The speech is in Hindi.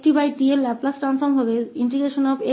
तो लाप्लास इस ftका s𝐹𝑑u है